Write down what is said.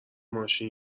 ماشین